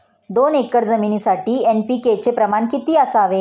दोन एकर जमिनीसाठी एन.पी.के चे प्रमाण किती असावे?